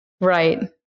Right